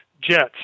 jets